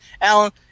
Alan